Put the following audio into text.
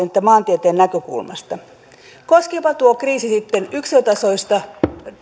että maantieteen näkökulmasta koskeepa tuo kriisi sitten yksilötasoista